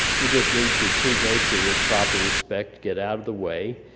you just need to treat nature with proper respect, get out of the way,